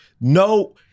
no